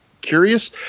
curious